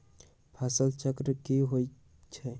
फसल चक्र की होइ छई?